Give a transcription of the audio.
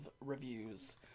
reviews